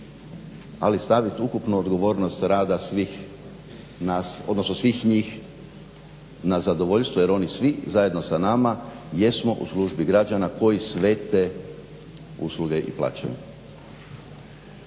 rada svih nas, odnosno svih njih na zadovoljstvo jer oni svi zajedno sa nama jesmo u službi građana koji sve te usluge i plaćaju.